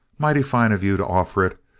mighty fine of you to offer it,